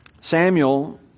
Samuel